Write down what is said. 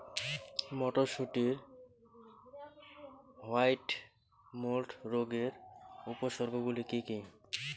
মটরশুটির white mould রোগের উপসর্গগুলি কী কী?